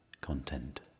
content